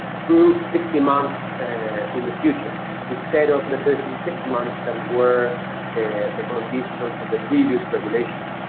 through sixty months and in the future instead of but the thirty six months that were and the conditions of the previous regulation.